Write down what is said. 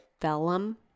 Vellum